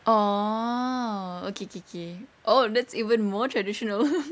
oh okay okay okay oh that's even more traditional